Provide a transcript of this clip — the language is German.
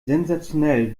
sensationell